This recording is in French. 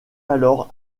alors